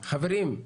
חברים,